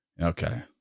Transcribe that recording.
Okay